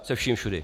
Se vším všudy.